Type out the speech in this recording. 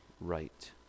right